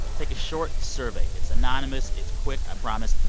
take a short survey. it's anonymous. it's quick, i promise.